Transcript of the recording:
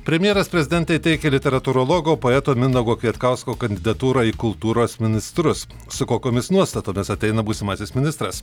premjeras prezidentei teikė literatūrologo poeto mindaugo kvietkausko kandidatūrą į kultūros ministrus su kokiomis nuostatomis ateina būsimasis ministras